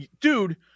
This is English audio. dude